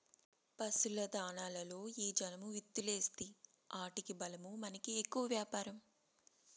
పశుల దాణాలలో ఈ జనుము విత్తూలేస్తీ ఆటికి బలమూ మనకి ఎక్కువ వ్యాపారం